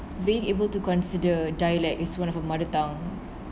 being able to consider dialect is one of her mother tongue